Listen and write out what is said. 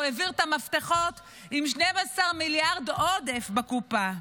הוא העביר את המפתחות עם 12 מיליארד עודף בקופה.